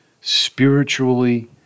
spiritually